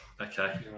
Okay